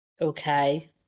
Okay